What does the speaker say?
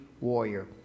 warrior